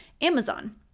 Amazon